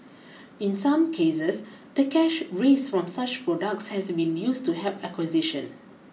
in some cases the cash raised from such products has been used to help acquisitions